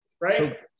Right